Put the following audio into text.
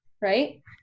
right